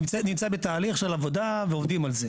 נמצאות בתהליך של עבודה ועובדים על זה.